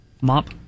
Mop